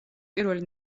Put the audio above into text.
პირველი